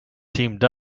teamed